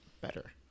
better